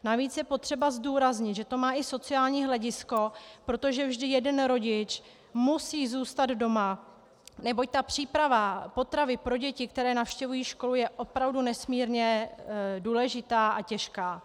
Navíc je potřeba zdůraznit, že to má i sociální hledisko, protože vždy jeden rodič musí zůstat doma, neboť příprava potravy pro děti, které navštěvují školu, je opravdu nesmírně důležitá a těžká.